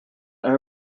air